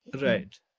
Right